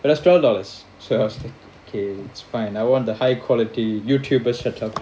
but it was twelve dollars so I was like okay it's fine I want the high quality youtuber setup